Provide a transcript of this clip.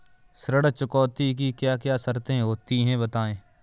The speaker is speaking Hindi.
ऋण चुकौती की क्या क्या शर्तें होती हैं बताएँ?